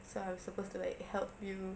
so I'm supposed to like help you